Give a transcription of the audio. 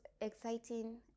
exciting